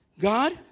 God